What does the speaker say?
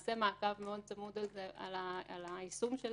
תעשה מעקב צמוד מאוד על היישום,